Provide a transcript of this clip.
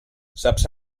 saps